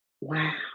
wow